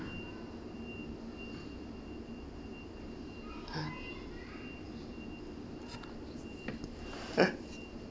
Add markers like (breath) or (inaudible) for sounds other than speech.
(breath) (laughs)